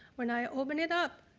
when i open it up